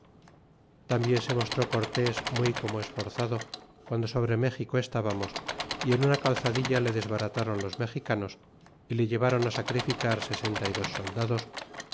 tambien se mostró corles muy como esforzado piando sobre méxico estábamos y en una calzadilla le desbaratáron los mexicanos y le ilevinon á sacrificar sesenta y dos soldados